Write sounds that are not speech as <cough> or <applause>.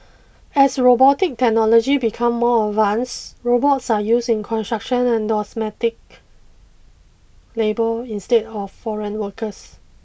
as robotic technology becomes more advanced robots are used in construction and <unintelligible> domestic labour instead of foreign workers